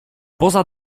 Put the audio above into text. poza